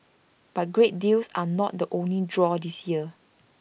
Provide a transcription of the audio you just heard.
but great deals are not the only draw this year